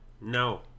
No